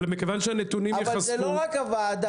אבל מכיוון שהנתונים ייחשפו --- אבל זה לא רק הוועדה,